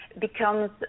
becomes